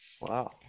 Wow